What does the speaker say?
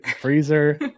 freezer